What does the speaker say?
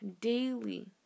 Daily